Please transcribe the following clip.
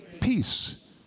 peace